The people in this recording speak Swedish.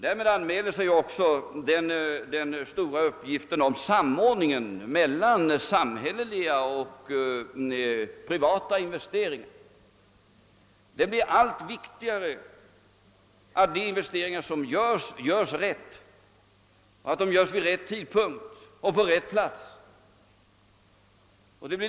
Därmed anmäler sig den stora frågan om samordning mellan samhälleliga och privata investeringar. Det blir allt viktigare att våra investeringar görs rätt, vid rätt tidpunkt och på rätt plats.